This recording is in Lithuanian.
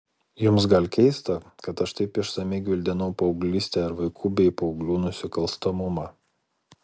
jums gal keista kad aš taip išsamiai gvildenau paauglystę ir vaikų bei paauglių nusikalstamumą